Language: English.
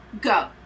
go